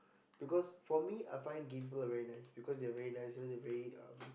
because for me I find gay people very nice because they are very nice you know they very um